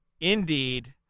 indeed